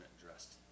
dressed